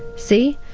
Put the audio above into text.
see,